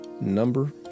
number